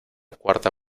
cuarta